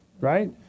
right